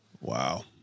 Wow